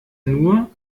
nur